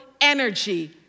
energy